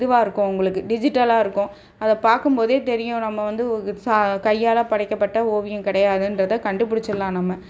இதுவாக இருக்கும் உங்களுக்கு டிஜிட்டலாக இருக்கும் அதை பார்க்கும்போதே தெரியும் நம்ம வந்து சா கையால் படைக்கப்பட்ட ஓவியம் கிடையாதுன்றத கண்டுபிடிச்சிட்லாம் நம்ம